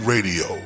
Radio